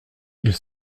ils